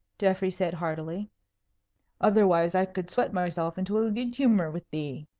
geoffrey said, heartily otherwise i could sweat myself into a good-humour with thee.